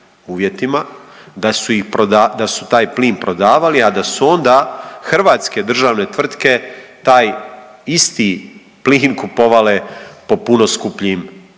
uvjetima da su taj plin prodavali, a da su onda hrvatske državne tvrtke taj isti plin kupovale po puno skupljim